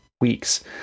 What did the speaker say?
Weeks